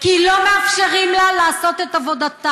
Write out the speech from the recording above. כי לא מאפשרים לה לעשות את עבודתה.